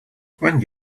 when